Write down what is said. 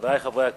חברי חברי הכנסת,